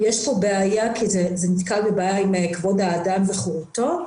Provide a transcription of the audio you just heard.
זה נתקל בבעיה עם כבוד האדם וחירותו,